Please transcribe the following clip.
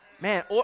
Man